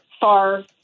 far